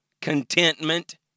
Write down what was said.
contentment